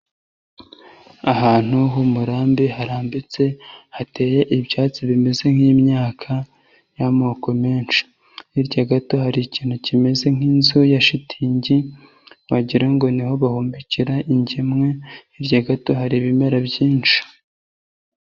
Ahantu h'umurambi harambitse hateye ibyatsi bimeze nk'imyaka y'amoko menshi, hirya gato hari ikintu kimeze nk'inzu ya shitingi wagira ngo ni ho bahumekera ingemwe, hirya gato hari ibimera byinshi.